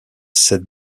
cette